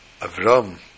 Avram